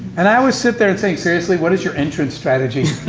and i always sit there and think, seriously? what is your entrance strategy?